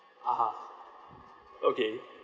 (uh huh) okay